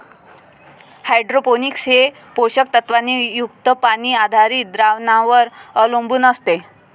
hydroponics हे पोषक तत्वांनी युक्त पाणी आधारित द्रावणांवर अवलंबून असते